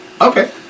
Okay